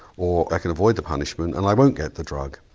or i can avoid the punishment and i won't get the drug.